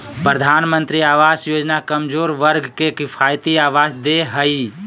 प्रधानमंत्री आवास योजना कमजोर वर्ग के किफायती आवास दे हइ